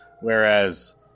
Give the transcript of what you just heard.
Whereas